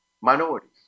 minorities